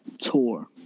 tour